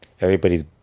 everybody's